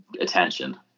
attention